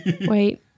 wait